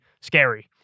scary